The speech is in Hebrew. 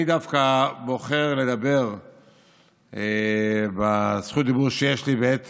אני דווקא בוחר לדבר ברשות הדיבור שיש לי בעת